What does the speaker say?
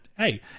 Hey